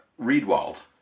Reedwald